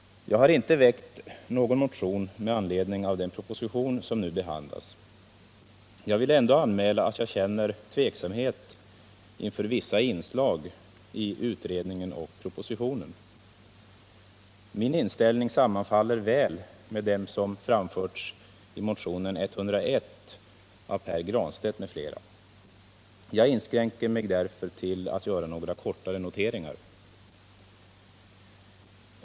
Jag har inte väckt någon motion med anledning av den proposition som nu behandlas. Jag vill ändå anmäla att jag känner tveksamhet inför vissa inslag i utredningen och propositionen. Min inställning sammanfaller väl med vad som framförts i motionen 101 av Pär Granstedt m.fl. Jag inskränker mig därför till att göra några kortare noteringar.